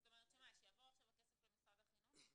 זאת אומרת שיעבור עכשיו הכסף למשרד החינוך?